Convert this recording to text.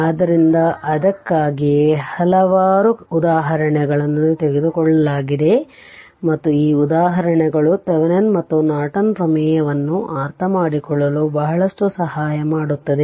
ಆದ್ದರಿಂದ ಅದಕ್ಕಾಗಿಯೇ ಹಲವಾರು ಉದಾಹರಣೆಗಳನ್ನು ತೆಗೆದುಕೊಳ್ಳಲಾಗಿದೆ ಮತ್ತು ಈ ಉದಾಹರಣೆಗಳು ಥೆವೆನಿನ್Thevenin's ಮತ್ತು ನಾರ್ಟನ್ ಪ್ರಮೇಯವನ್ನು ಅರ್ಥಮಾಡಿಕೊಳ್ಳಲು ಬಹಳಷ್ಟು ಸಹಾಯ ಮಾಡುತ್ತದೆ